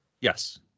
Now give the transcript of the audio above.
Yes